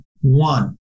one